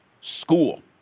School